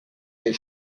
des